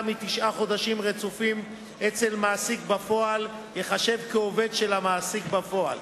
מתשעה חודשים רצופים אצל מעסיק בפועל ייחשב כעובד של המעסיק בפועל.